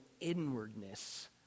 inwardness